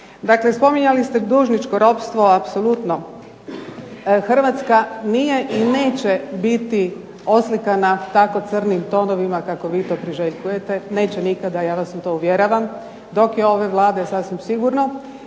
Dakle, spominjali ste dužničko ropstvo, apsolutno. Hrvatska nije i neće biti oslikana tako crnim tonovima kako vi to priželjkujete, neće nikada ja vas u to uvjeravam dok je ove Vlade sasvim sigurno.